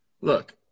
Look